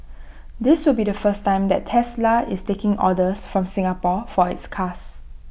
this will be the first time that Tesla is taking orders from Singapore for its cars